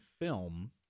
film